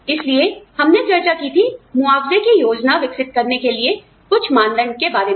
इसलिए हमने चर्चा की थी मुआवजे की योजना विकसित करने के लिए कुछ मानदंड के बारे में